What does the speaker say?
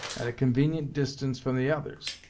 at a convenient distance from the others,